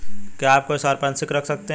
क्या आप कोई संपार्श्विक रख सकते हैं?